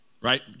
right